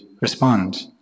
respond